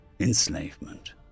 enslavement